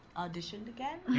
auditioned again.